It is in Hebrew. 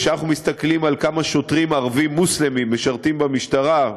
כשאנחנו מסתכלים על כמה שוטרים ערבים מוסלמים משרתים במשטרה,